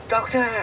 Doctor